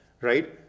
right